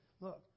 look